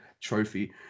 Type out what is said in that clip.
trophy